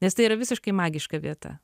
nes tai yra visiškai magiška vieta